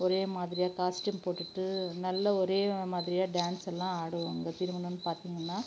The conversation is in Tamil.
ஒரே மாதிரியாக காஸ்ட்யூம் போட்டுட்டு நல்ல ஒரே மாதிரியா டேன்ஸ் எல்லாம் ஆடுவோங்க திருமணம்னு பார்த்திங்கன்னா